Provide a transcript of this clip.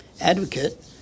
Advocate